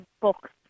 books